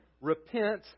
repent